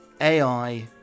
AI